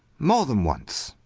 more than once.